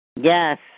Yes